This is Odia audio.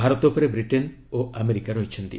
ଭାରତ ଉପରେ ବିଟେନ ଓ ଆମେରିକା ରହିଛନ୍ତି